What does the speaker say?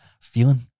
feeling